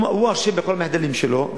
והוא האשם בכל המחדלים שלו,